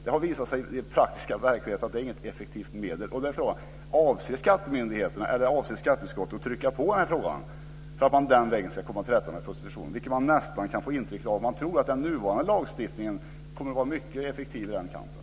Det har visat sig i praktisk verklighet att skatter inte är ett effektivt medel. Avser skatteutskottet att trycka på i den här frågan för att komma till rätta med prostitutionen? Man kan nästan få intrycket att utskottet tror att den nya lagstiftningen kommer att vara mycket effektiv i den kampen.